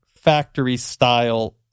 factory-style